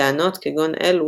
טענות כגון אלו,